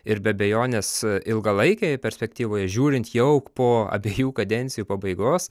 ir be abejonės ilgalaikėje perspektyvoje žiūrint jau po abiejų kadencijų pabaigos